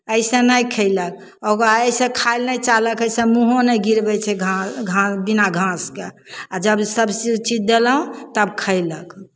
अइसन नहि खयलक ओकरा अइसे खाइ लए नहि चाहलक अइसे मूँहोँ नहि गिरबै छै घा घा बिना घासके आ जब सभचीज देलहुँ तब खयलक